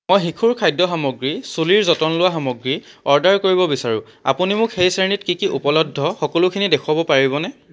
মই শিশুৰ খাদ্য সামগ্ৰী চুলিৰ যতন লোৱা সামগ্ৰী অৰ্ডাৰ কৰিব বিচাৰোঁ আপুনি মোক সেই শ্ৰেণীত কি কি উপলব্ধ সকলোখিনি দেখুৱাব পাৰিবনে